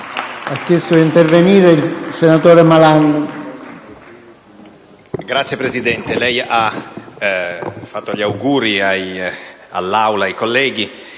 Signor Presidente, lei ha fatto gli auguri all'Aula e ai colleghi.